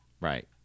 Right